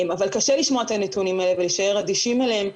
אבל קשה לשמוע את הנתונים האלה ולהישאר אדישים אליהם.